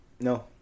No